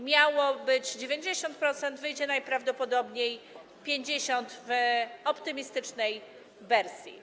Miało być 90%, wyjdzie najprawdopodobniej 50%, w optymistycznej wersji.